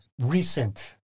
recent